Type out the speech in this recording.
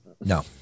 No